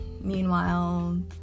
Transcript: Meanwhile